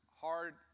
hard